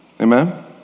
Amen